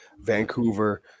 Vancouver